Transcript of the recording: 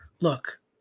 look